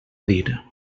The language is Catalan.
dir